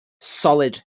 solid